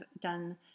done